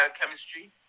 biochemistry